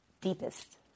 deepest